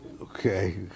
Okay